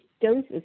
doses